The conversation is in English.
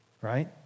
right